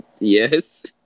Yes